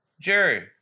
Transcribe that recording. Jerry